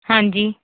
ਹਾਂਜੀ